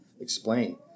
explain